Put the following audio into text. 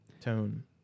tone